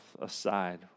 aside